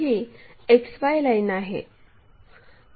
ही XY line आहे